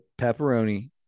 pepperoni